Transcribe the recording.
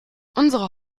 unsere